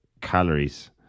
calories